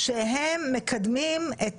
שמקדמים את